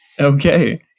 Okay